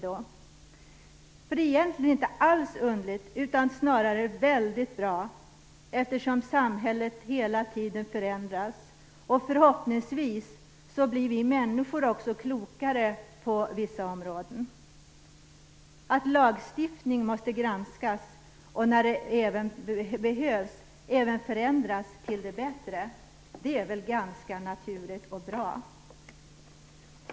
För det är egentligen inte alls underligt, utan snarare ganska naturligt och bra att lagstiftning måste granskas, och när det behövs även förändras till det bättre, eftersom samhället hela tiden förändras. Förhoppningsvis blir vi människor också klokare på vissa områden.